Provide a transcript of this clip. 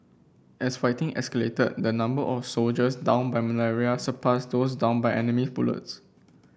as fighting escalated the number of soldiers downed by malaria surpassed those downed by enemy bullets